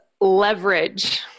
leverage